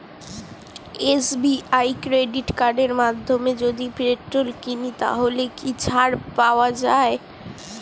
SBI credit কার্ডের মাধ্যমে যদি পেট্রোল কিনি তাহলে কি ছাড় পাওয়া যায়?